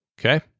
Okay